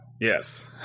yes